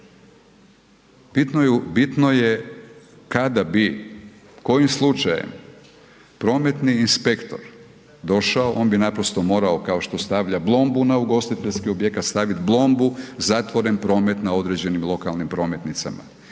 Bitno je kada bi kojim slučajem prometni inspektor došao, on bi naprosto morao kao što stavlja blombu na ugostiteljski objekat, stavit blombu zatvoren promet na određenim lokalnim prometnicama.